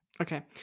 Okay